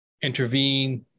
intervene